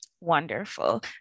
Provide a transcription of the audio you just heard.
Wonderful